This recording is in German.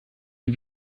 die